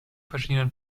verschiedenen